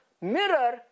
mirror